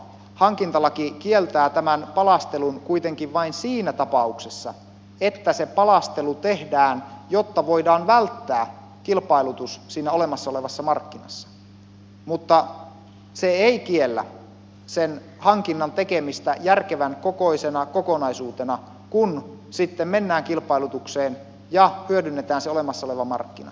hankintalaki kieltää tämän palastelun kuitenkin vain siinä tapauksessa että se palastelu tehdään jotta voidaan välttää kilpailutus siinä olemassa olevassa markkinassa mutta se ei kiellä sen hankinnan tekemistä järkevän kokoisena kokonaisuutena kun sitten mennään kilpailutukseen ja hyödynnetään se olemassa oleva markkina